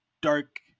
dark